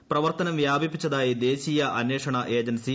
B പ്രവർത്തനം വ്യാപിപ്പിച്ചതായി ദേശീയ അന്വേഷണ ഏജൻസി എൻ